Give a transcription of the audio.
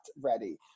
ready